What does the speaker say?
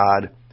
God